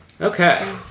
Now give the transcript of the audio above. Okay